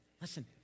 Listen